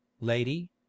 lady